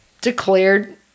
declared